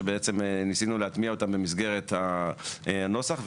שניסינו להטמיע במסגרת הנוסח,